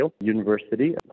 University